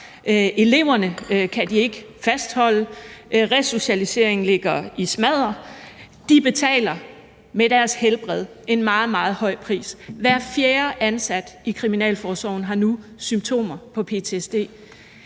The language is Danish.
eleverne kan de ikke fastholde; resocialiseringen er i smadder; de ansatte betaler med deres helbred en meget, meget høj pris. Hver fjerde ansat i kriminalforsorgen har nu symptomer på ptsd.